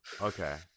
Okay